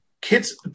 kids